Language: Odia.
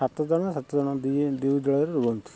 ସାତଜଣ ସାତଜଣ ଦୁଇ ଦଳରେ ରୁହନ୍ତି